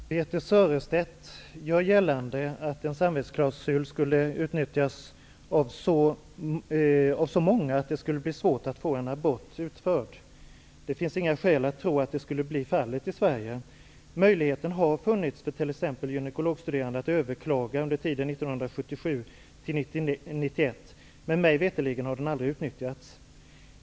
Herr talman! Birthe Sörestedt gör gällande att en samvetsklausul skulle utnyttjas av så många att det skulle bli svårt att få en abort utförd. Det finns inga skäl att tro att det skulle bli fallet i Sverige. Möjligheten har funnits för t.ex. gynekologstuderande att överklaga under tiden 1977--1991. Men mig veterligen har den aldrig utnyttjats.